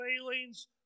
failings